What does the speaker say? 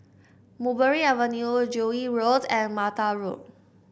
Mulberry Avenue Joo Yee Road and Mattar Road